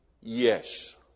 Yes